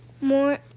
More